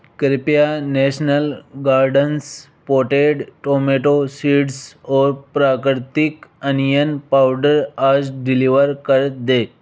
कृपया national gardens potted tomato seeds और प्राकृतिक अनियन पाउडर आज डिलीवर कर दें